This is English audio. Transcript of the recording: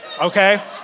Okay